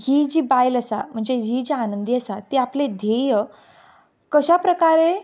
ही जी बायल आसा म्हणजे जी जी आनंदी आसा ती आपलें धेय कशा प्रकारे